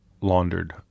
laundered